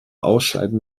ausscheiden